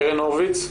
קרן הורוביץ.